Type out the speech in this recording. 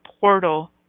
portal